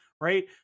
right